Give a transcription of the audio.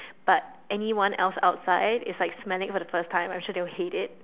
but anyone else outside is like smelling for the first time I am sure they would hate it